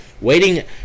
waiting